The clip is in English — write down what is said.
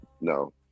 No